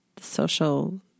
Social